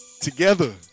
together